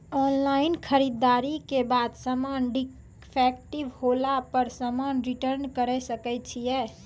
Online खरीददारी के बाद समान डिफेक्टिव होला पर समान रिटर्न्स करे सकय छियै?